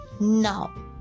No